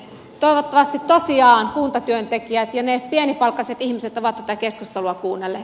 toivottavasti tosiaan kuntatyöntekijät ja ne pienipalkkaiset ihmiset ovat tätä keskustelua kuunnelleet